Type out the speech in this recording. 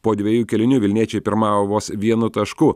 po dviejų kėlinių vilniečiai pirmavo vos vienu tašku